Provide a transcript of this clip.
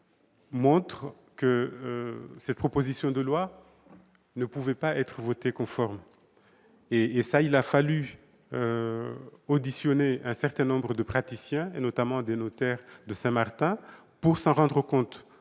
montre que cette proposition de loi ne pouvait pas être votée conforme. Il a fallu auditionner un certain nombre de praticiens, notamment des notaires de Saint-Martin, pour s'en rendre compte.